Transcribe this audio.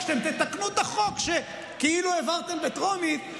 כשאתם תתקנו את החוק שכאילו העברתם בטרומית,